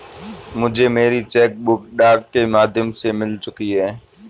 मुझे मेरी cheque book डाक के माध्यम से मिल चुकी है